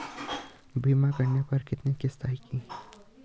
बीमा करने पर कितनी किश्त आएगी?